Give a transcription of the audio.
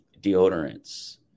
deodorants